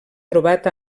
trobat